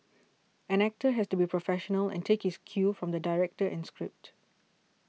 an actor has to be professional and take his cue from the director and script